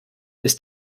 ist